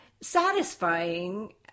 satisfying